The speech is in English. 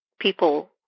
people